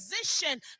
position